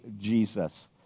Jesus